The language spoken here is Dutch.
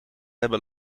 hebben